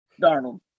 Darnold